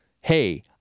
Hey